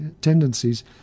tendencies